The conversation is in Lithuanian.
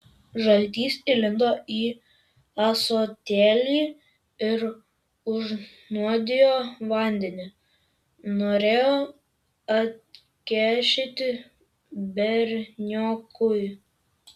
žaltys įlindo į ąsotėlį ir užnuodijo vandenį norėjo atkeršyti berniokui